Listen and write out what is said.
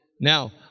Now